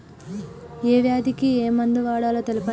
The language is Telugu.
ఏ వ్యాధి కి ఏ మందు వాడాలో తెల్పండి?